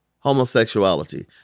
Homosexuality